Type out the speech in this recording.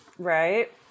Right